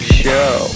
show